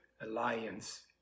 alliance